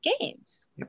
games